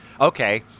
Okay